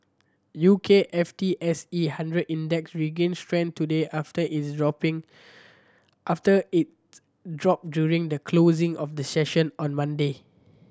U K F T S E hundred Index regained strength today after its dropping after its drop during the closing of the session on Monday